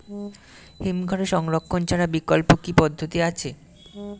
হিমঘরে সংরক্ষণ ছাড়া বিকল্প কি পদ্ধতি আছে?